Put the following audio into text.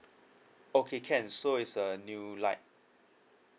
okay can so it's a new like